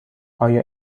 آیا